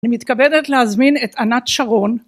אני מתכבדת להזמין את ענת שרון